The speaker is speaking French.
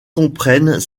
comprennent